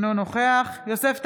אינו נוכח יוסף טייב,